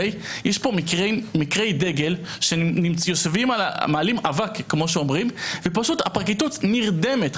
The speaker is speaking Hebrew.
יש מקרי דגל שיושבים ומעלים אבק ופשוט הפרקליטות נרדמת.